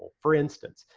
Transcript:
for instance,